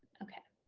okay.